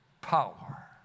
power